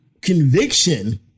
conviction